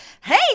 hey